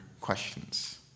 questions